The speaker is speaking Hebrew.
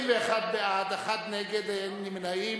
21 בעד, אחד נגד, אין נמנעים.